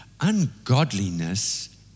Ungodliness